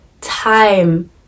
time